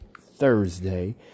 Thursday